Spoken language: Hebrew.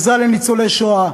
בעזרה לניצולי שואה.